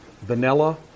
vanilla